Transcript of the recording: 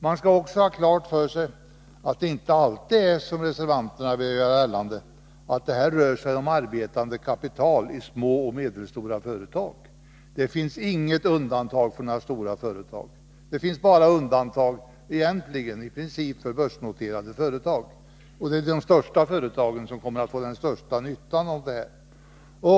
Man skall också ha klart för sig att det inte alltid — som reservanterna velat göra gällande —- rör sig om arbetande kapital i små och medelstora företag. Det finns inga undantag för stora företag — i princip bara för börsnoterade företag. Och det är de största företagen som kommer att få den största nyttan av dessa regler.